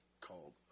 called